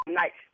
night